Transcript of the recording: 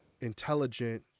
intelligent